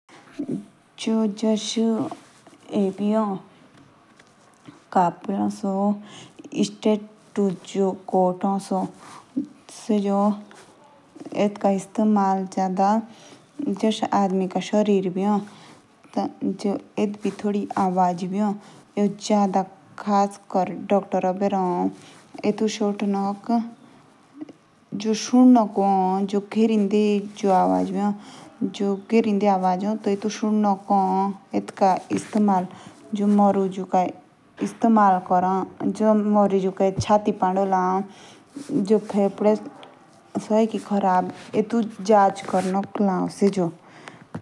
जो से दोस्त के ग्रुप ए। से कुंजे टी दर्द ए। या कुंजे बेकर ए। कुज्जे ग्रुप दे नशे वगेरा क्रो ए। या ते सी अप्स मुझे पैसे मांग।